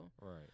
Right